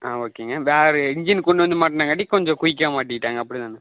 ஆ ஓகேங்க வேறு இன்ஜின் கொண்டு வந்து மாட்டினங்காட்டி கொஞ்சம் குய்க்காக மாட்டிவிட்டாங்க அப்படி தானே